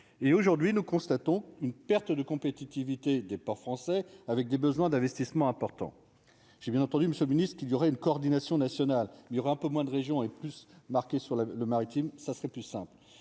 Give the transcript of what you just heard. et aujourd'hui nous constatons une perte de compétitivité des ports français, avec des besoins d'investissements importants, j'ai bien entendu Monsieur le Ministre, qu'il y aura une coordination nationale il y aura un peu moins de région est plus marqué sur la le maritime, ça serait plus simple,